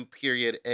period